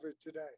today